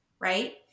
Right